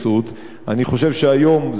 אני חושב שהיום זה משתפר,